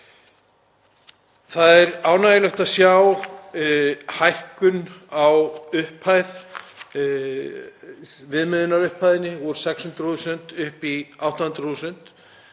Það er ánægjulegt að sjá hækkun á viðmiðunarupphæðum úr 600.000 upp í 800.000